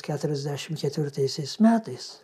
keturiasdešim ketvirtaisiais metais